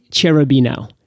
Cherubino